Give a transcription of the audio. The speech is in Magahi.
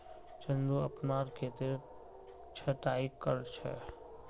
चंदू अपनार खेतेर छटायी कर छ